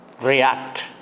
react